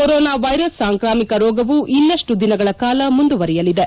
corona virus ಸಾಂಕ್ರಾಮಿಕ ರೋಗವು ಇನ್ನಷ್ಟು ದಿನಗಳ ಕಾಲ ಮುಂದುವರೆಯಲಿದೆ